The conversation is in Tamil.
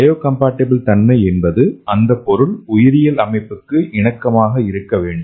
பயோகம்பாட்டிபிள் தன்மை என்பது அந்தப் பொருள் உயிரியல் அமைப்பிற்கு இணக்கமாக இருக்க வேண்டும்